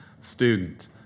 student